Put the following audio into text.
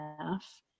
enough